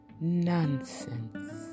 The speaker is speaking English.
nonsense